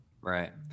Right